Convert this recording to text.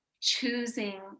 choosing